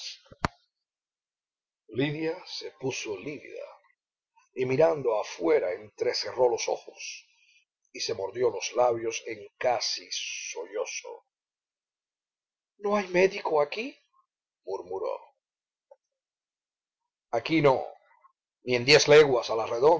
lidia se puso lívida y mirando afuera entrecerró los ojos y se mordió los labios en un casi sollozo no hay médico aquí murmuró aquí no ni en diez leguas